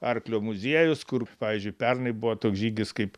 arklio muziejus kur pavyzdžiui pernai buvo toks žygis kaip